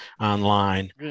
online